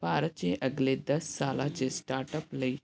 ਭਾਰਤ 'ਚ ਅਗਲੇ ਦਸ ਸਾਲਾਂ 'ਚ ਸਟਾਰਟਅਪ ਲਈ